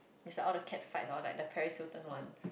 it's like all the cat fright or like the Paris-Hilton one